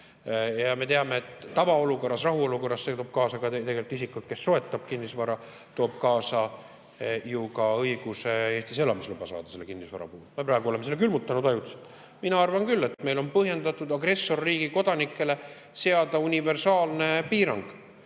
Ja me teame, et tavaolukorras, rahuolukorras see toob kaasa isikule, kes soetab kinnisvara, ka õiguse Eestis elamisluba saada selle kinnisvara [omandamise] puhul. Me praegu oleme selle ajutiselt külmutanud. Mina arvan küll, et meil on põhjendatud agressorriigi kodanikele seada universaalne piirang.